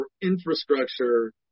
infrastructure